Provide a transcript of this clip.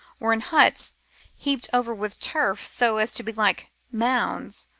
or in huts heaped over with turf so as to be like mounds,